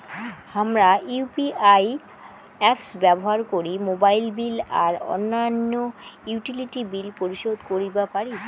হামরা UPI apps ব্যবহার করি মোবাইল বিল আর অইন্যান্য ইউটিলিটি বিল পরিশোধ করিবা পারি